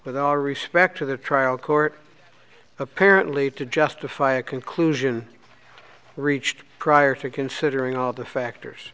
with all respect to the trial court apparently to justify a conclusion reached prior to considering all the factors